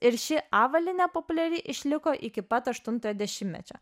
ir ši avalynė populiari išliko iki pat aštuntojo dešimtmečio